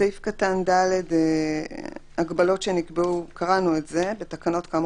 סעיף קטן (ד) קראנו: הגבלות שנקבעו בתקנות כאמור